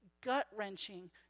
gut-wrenching